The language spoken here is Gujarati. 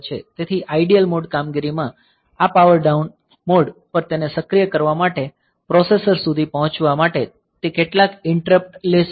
તેથી આઇડલ મોડ કામગીરીમાંથી આ પાવર ડાઉન મોડ પર તેને સક્રિય કરવા માટે પ્રોસેસર સુધી પહોંચવા માટે તે કેટલાક ઈંટરપ્ટ લેશે